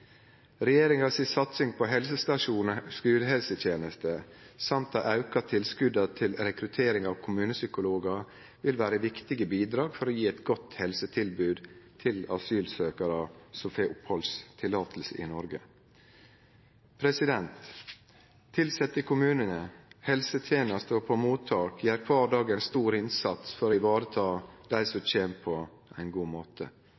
Regjeringa si satsing på helsestasjonar og skulehelseteneste og dei auka tilskota til rekruttering av kommunepsykologar vil vere viktige bidrag for å gje eit godt helsetilbod til asylsøkjarar som får opphaldsløyve i Noreg. Tilsette i kommunane, helsetenestene og på mottak gjer kvar dag ein stor innsats for å vareta dei som kjem, på ein god måte.